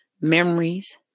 memories